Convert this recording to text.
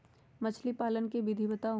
मछली पालन के विधि बताऊँ?